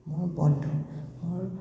মোৰ বন্ধু মোৰ